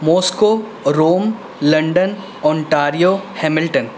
Moscow Rome London Ontario Hamilton